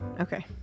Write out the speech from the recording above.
Okay